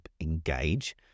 engage